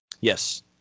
yes